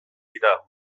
dira